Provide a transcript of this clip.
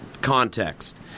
context